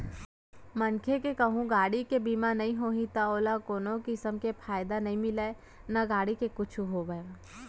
मनसे के कहूँ गाड़ी के बीमा नइ होही त ओला कोनो किसम के फायदा नइ मिलय ना गाड़ी के कुछु होवब म